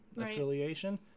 affiliation